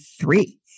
three